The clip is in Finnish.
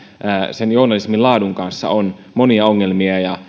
journalismin laadun kanssa on monia ongelmia ja